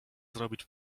zrobić